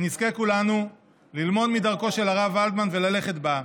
שנזכה כולנו ללמוד מדרכו של הרב ולדמן וללכת בה,